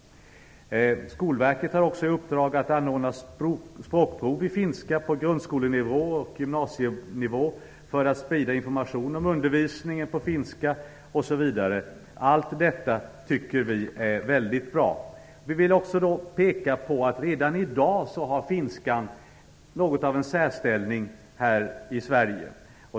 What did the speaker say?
Skolverket har också i uppdrag att anordna språkprov i finska på grundskolenivå och gymnasienivå för att sprida information om undervisningen på finska osv. Allt detta tycker vi är väldigt bra. Vi vill dock peka på att finskan redan i dag har något av en särställning här i Sverige.